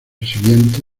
siguiente